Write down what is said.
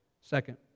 Second